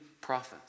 prophets